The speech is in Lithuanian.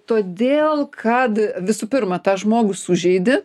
todėl kad visų pirma tą žmogų sužeidė